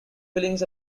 feelings